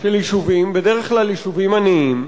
של יישובים, בדרך כלל יישובים עניים,